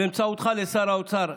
ובאמצעותך לשר האוצר,